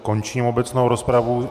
Končím obecnou rozpravu.